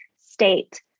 state